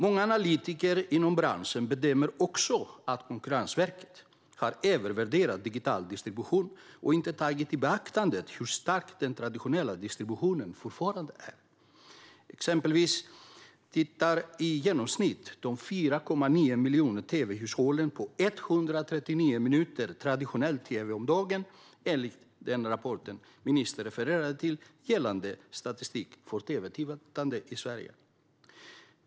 Många analytiker inom branschen bedömer också att Konkurrensverket har övervärderat digitaldistributionen och inte tagit i beaktande hur stark den traditionella distributionen fortfarande är. Exempelvis tittar de 4,9 miljoner tv-hushållen på i genomsnitt 139 minuter traditionell tv om dagen, enligt den rapport om statistik för tv-tittande i Sverige som ministern refererar till.